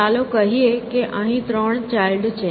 ચાલો કહીએ કે અહીં ત્રણ ચાઈલ્ડ છે